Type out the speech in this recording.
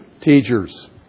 teachers